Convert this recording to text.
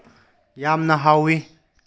ꯌꯥꯝꯅ ꯍꯥꯎꯋꯤ